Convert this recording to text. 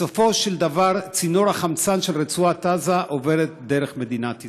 בסופו של דבר צינור החמצן של רצועת עזה עובר דרך מדינת ישראל,